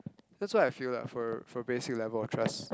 that's what I feel lah for for basic level of trust